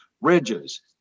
ridges